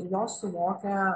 jos suvokia